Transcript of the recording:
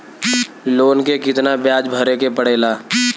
Loan के कितना ब्याज भरे के पड़े ला?